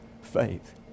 faith